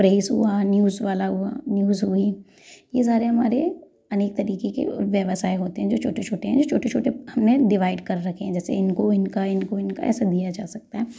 press हुआ news वाला हुआ न्यूज़ हुई ये सारे हमारे अनेक तरीके के व्यवसाय होते हैं जो छोटे छोटे हैं जो छोटे छोटे हमने डिवाइड कर रखे हैं जैसे इनको इनका इनको इनका ऐसा दिया जा सकता है